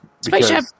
Spaceship